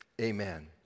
amen